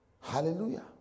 Hallelujah